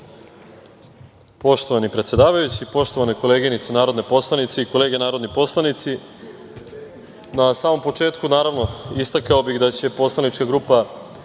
Poštovani predsedavajući, poštovane koleginice narodni poslanici, kolege narodni poslanici, na samom početku naravno istakao bih da će Poslanička grupa